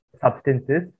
substances